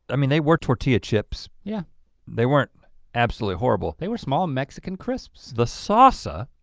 i mean they were tortilla chips. yeah they weren't absolutely horrible. they were small mexican crisps. the salsa